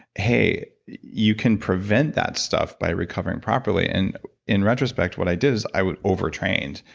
hey. you can prevent that stuff by recovering properly. and in retrospect, what i did is i would over-train, and